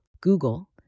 Google